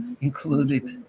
included